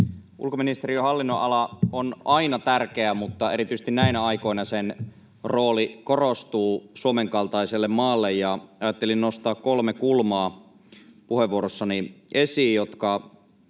Ulkoministeriön hallinnon-ala on aina tärkeä, mutta erityisesti näinä aikoina sen rooli korostuu Suomen kaltaiselle maalle, ja ajattelin nostaa puheenvuorossani esiin kolme